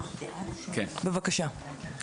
בבקשה.